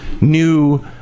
new